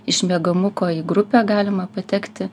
iš miegamuko į grupę galima patekti